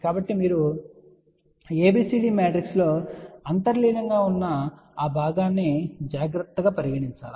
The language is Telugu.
కాబట్టి మీరు ABCD మ్యాట్రిక్స్ లో అంతర్లీనం గా ఉన్న ఆ భాగాన్ని జాగ్రత్తగా పరిగణించాలి